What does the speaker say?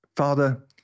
Father